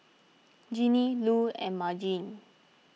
Ginny Lu and Margene